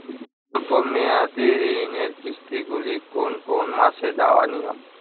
স্বল্প মেয়াদি ঋণের কিস্তি গুলি কোন কোন মাসে দেওয়া নিয়ম?